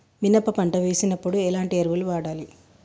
మినప పంట వేసినప్పుడు ఎలాంటి ఎరువులు వాడాలి?